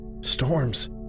Storms